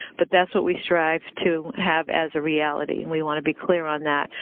but that's what we strive to have as a reality and we want to be clear on that.